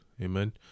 Amen